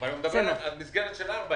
אבל הוא מדבר על המסגרת של 4,